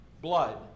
blood